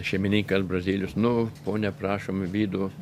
šeimininkas brazilius nu ponia prašom vidų